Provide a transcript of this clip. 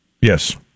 Yes